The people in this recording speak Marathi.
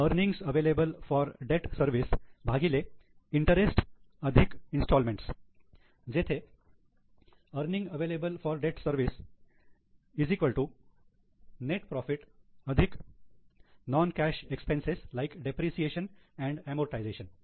earnings available for debt service debt service coverage ratio interest instalment Interest Instalments जेथे earning available for debt service net profit non cash operating expenses like depreciation and amortisation